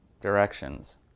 directions